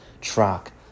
track